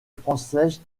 française